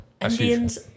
Indians